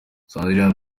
sandrine